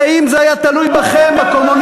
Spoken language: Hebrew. הרי אם זה היה תלוי בכם הקומוניסטים